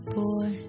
boy